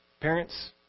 Parents